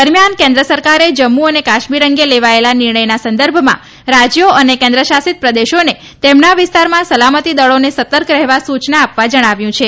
દરમિયાન કેન્દ્ર સરકારે જમ્મુ અને કાશ્મીર અંગે લેવાયેલા નિર્ણયના સંદર્ભમાં રાજ્યો અને કેન્દ્રશાસિત પ્રદેશોને તેમના વિસ્તારમાં સલામતી દળોને સતર્ક રહેવા સૂચના આપવા જણાવ્યું છે